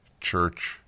church